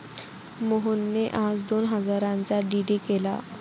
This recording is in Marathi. मोहनने आज दोन हजारांचा डी.डी केला